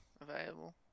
available